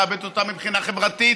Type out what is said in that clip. מאבדת אותה מבחינה חברתית.